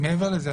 מעבר לזה,